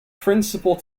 principle